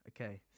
okay